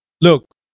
Look